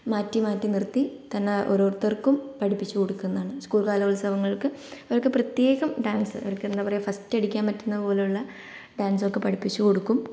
മാറ്റി മാറ്റി നിർത്തി തന്നെ ഓരോരുത്തർക്കും പഠിപ്പിച്ചു കൊടുക്കുന്നതാണ് സ്കൂൾ കലോത്സവങ്ങൾക്ക് അവർക്ക് പ്രത്യേകം ഡാൻസ് അവർക്കെന്താ പറയുക ഫസ്റ്റ് അടിക്കാൻ പറ്റുന്ന പോലെയുള്ള ഡാൻസ് ഒക്കെ പഠിപ്പിച്ചു കൊടുക്കും